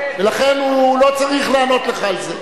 ולכן הוא לא צריך לענות לך על זה.